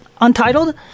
Untitled